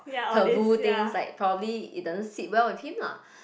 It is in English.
taboo things like probably it doesn't sit well with him lah